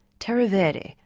terra verde,